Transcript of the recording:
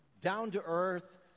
down-to-earth